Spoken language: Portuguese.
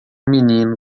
menino